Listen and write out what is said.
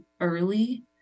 early